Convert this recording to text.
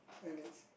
and it's